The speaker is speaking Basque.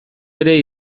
ere